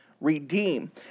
redeem